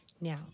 Now